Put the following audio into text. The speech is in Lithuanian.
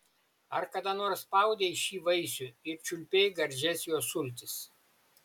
ar kada nors spaudei šį vaisių ir čiulpei gardžias jo sultis